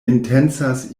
intencas